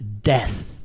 Death